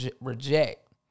reject